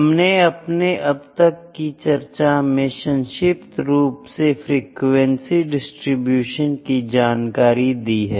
हमने अपने अब तक की चर्चा में संक्षिप्त रूप से फ्रीक्वेंसी डिस्ट्रीब्यूशन की जानकारी दी है